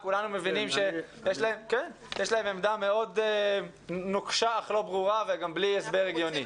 כולנו מבינים שיש להם עמדה מאוד נוקשה אך לא ברורה וגם בלי הסבר הגיוני.